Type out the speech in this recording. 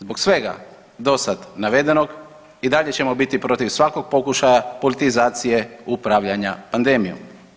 Zbog svega dosad navedenog i dalje ćemo biti protiv svakog pokušaja politizacije upravljanja pandemijom.